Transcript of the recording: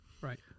Right